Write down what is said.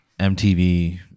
MTV